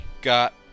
got